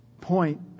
point